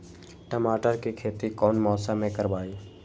टमाटर की खेती कौन मौसम में करवाई?